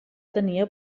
tenia